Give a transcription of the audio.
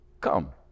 come